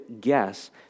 guess